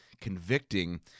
convicting